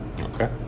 Okay